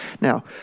Now